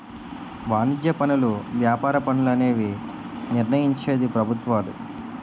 వాణిజ్య పనులు వ్యాపార పన్నులు అనేవి నిర్ణయించేది ప్రభుత్వాలు